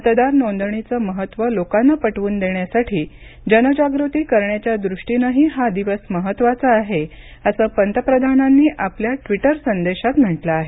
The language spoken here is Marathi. मतदार नोंदणीचं महत्त्व लोकांना पटवून देण्यासाठी जनजागृती करण्याच्या दृष्टीनंही हा दिवस महत्त्वाचा आहे असं पंतप्रधानांनी आपल्या ट्विटर संदेशात म्हटलं आहे